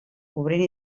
obrint